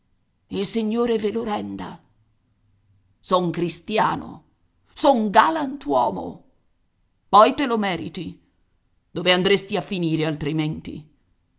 il signore ve lo renda son cristiano son galantuomo poi te lo meriti dove andresti a finire altrimenti